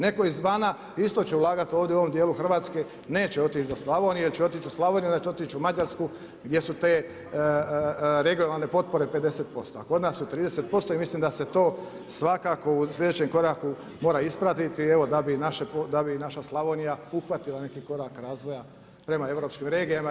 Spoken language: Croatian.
Neko izvana isto će ulagati ovdje u ovom dijelu Hrvatske, neće otići do Slavonije, jel će otići u Slavoniju onda će otići u Mađarsku gdje su te regionalne potpore 50%, a kod nas su 30% i mislim da se to svakako u sljedećem koraku mora ispraviti da bi naša Slavonija uhvatila neki korak razvoja prema europskim regijama i